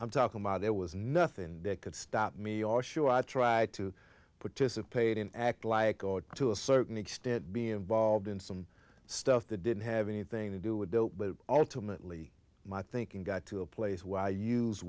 i'm talking about there was nothing they could stop me or should i try to put dissipate and act like to a certain extent be involved in some stuff that didn't have anything to do with ultimately my thinking got to a place where i use